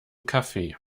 kaffee